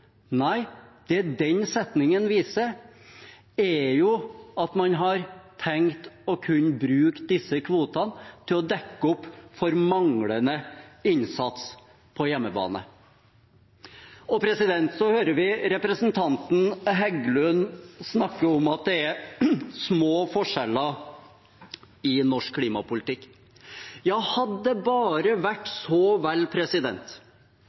Nei, det den setningen viser, er at man har tenkt å kunne bruke de kvotene til å dekke opp for manglende innsats på hjemmebane. Så hører vi representanten Heggelund snakke om at det er små forskjeller i norsk klimapolitikk. Ja, hadde det bare vært så vel.